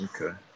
Okay